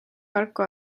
märku